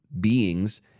beings